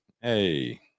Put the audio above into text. hey